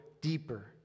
deeper